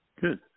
Good